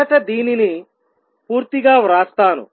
మొదట దీనిని పూర్తిగా వ్రాస్తాను